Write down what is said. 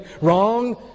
wrong